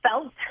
felt